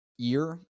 year